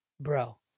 bro